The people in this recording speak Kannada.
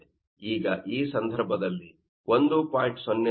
ಈಗ ಈ ಸಂದರ್ಭದಲ್ಲಿ 1